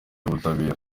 y’ubutabera